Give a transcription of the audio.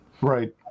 Right